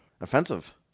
offensive